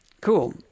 Cool